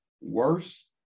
worse